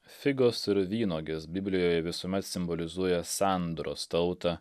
figos vynuogės biblijoje visuomet simbolizuoja sandoros tautą